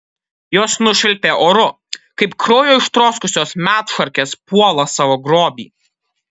jos nušvilpė oru kaip kraujo ištroškusios medšarkės puola savo grobį